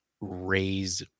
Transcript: raise